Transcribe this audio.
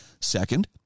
Second